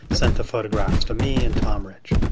sent the photographs to me and tom rich.